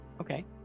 Okay